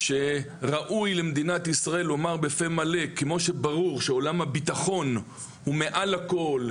שראוי למדינת ישראל לומר בפה מלא כמו שברור שעולם הבטחון הוא מעל הכל,